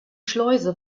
schleuse